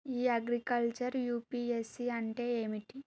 ఇ agriculture UPSC అంటే ఏమిటి?